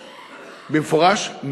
במפורש,